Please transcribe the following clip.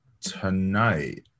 tonight